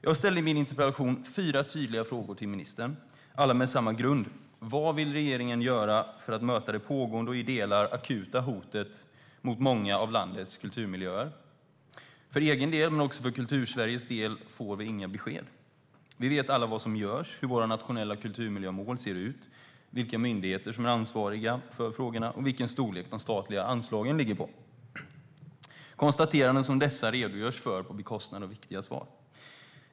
Jag ställde i min interpellation fyra tydliga frågor till ministern, alla med samma grund: Vad vill regeringen göra för att möta det pågående och i delar akuta hotet mot många av landets kulturmiljöer? För egen del - men också för Kultursveriges del - får vi inga besked. Vi vet alla vad som görs, hur våra nationella kulturmiljömål ser ut, vilka myndigheter som är ansvariga för frågorna och vilken storlek de statliga anslagen ligger på. Konstateranden som dessa redogörs det för på bekostnad av viktiga svar.